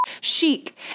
chic